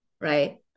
right